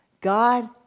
God